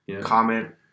Comment